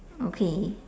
okay